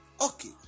Okay